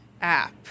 app